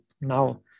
now